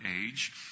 age